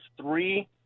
three